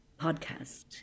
podcast